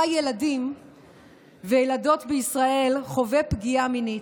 ילדים וילדות בישראל חווה פגיעה מינית,